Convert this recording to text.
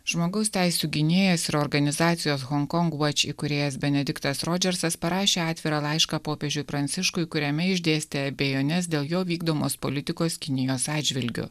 žmogaus teisių gynėjas ir organizacijos honkong watch įkūrėjas benediktas rodžersas parašė atvirą laišką popiežiui pranciškui kuriame išdėstė abejones dėl jo vykdomos politikos kinijos atžvilgiu